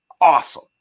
awesome